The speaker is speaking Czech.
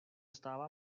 stává